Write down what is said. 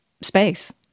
space